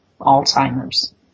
Alzheimer's